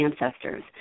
ancestors